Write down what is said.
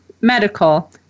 medical